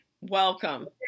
Welcome